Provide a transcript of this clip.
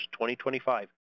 2025